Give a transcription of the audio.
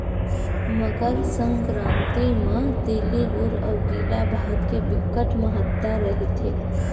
मकर संकरांति म तिली गुर अउ गिला भात के बिकट महत्ता रहिथे